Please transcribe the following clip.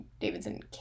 Davidson